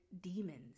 demons